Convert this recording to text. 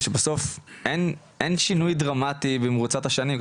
שבסוף אין שינוי דרמטי במרוצת השנים,